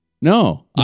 No